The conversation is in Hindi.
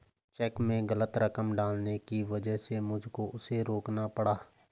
चेक में गलत रकम डालने की वजह से मुझको उसे रोकना पड़ा